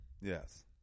yes